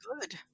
good